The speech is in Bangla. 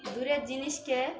দূরের জিনিসকে